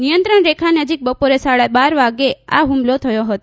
નિયંત્રણ રેખા નજીક બપોરે સાડા બાર વાગે આ ફમલો થયો હતો